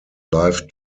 life